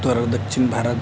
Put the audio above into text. ᱩᱛᱛᱚᱨ ᱟᱨ ᱫᱚᱠᱠᱷᱤᱱ ᱵᱷᱟᱨᱚᱛ